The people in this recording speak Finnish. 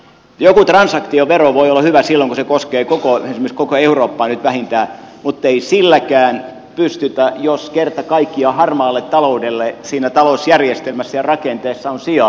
joku transaktiovero voi olla hyvä silloin kun se koskee esimerkiksi koko eurooppaa nyt vähintään mutta ei silläkään siihen pystytä jos kerta kaikkiaan harmaalle taloudelle siinä talousjärjestelmässä ja rakenteessa on sijaa